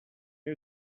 you